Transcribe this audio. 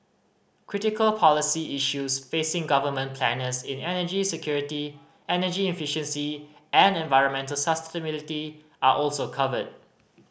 critical policy issues facing government planners in energy security energy efficiency and environmental sustainability are also covered